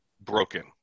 broken